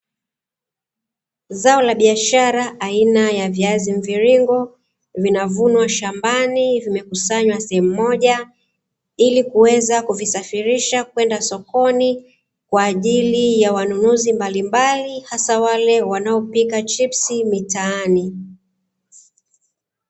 Zao la biashara aina ya viazi mviringo, vinavunwa shambani, vinakusanywa sehemu moja ilikuweza kuvisafirisha kwenda sokoni kwa ajili ya wanunuzi mbalimbali hasa wale wanaopika chipsi mitaani.